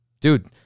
dude